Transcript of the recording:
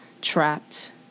trapped